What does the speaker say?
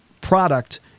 product